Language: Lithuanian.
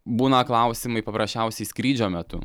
būna klausimai paprasčiausiai skrydžio metu